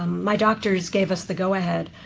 um my doctors gave us the go ahead.